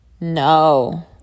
No